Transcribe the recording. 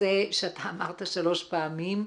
בנושא שאתה אמרת שלוש פעמים,